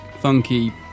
funky